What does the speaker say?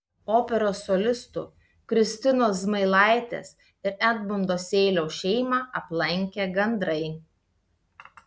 operos solistų kristinos zmailaitės ir edmundo seiliaus šeimą aplankė gandrai